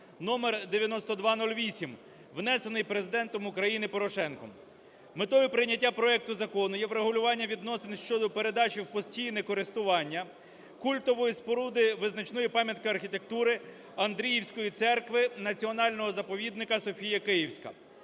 (№9208), внесений Президентом України Порошенко. Метою прийняття проекту закону є врегулювання відносин щодо передачі в постійне користування культової споруди визначної пам'ятки архітектури Андріївської церкви Національного заповідника "Софія Київська".